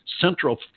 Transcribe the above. Central